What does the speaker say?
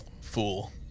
Fool